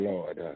Lord